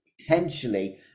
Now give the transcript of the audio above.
potentially